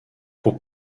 pour